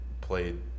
played